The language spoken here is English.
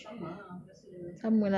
halloween horror night sis